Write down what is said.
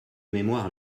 mémoire